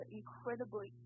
incredibly